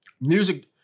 music